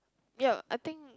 ya I think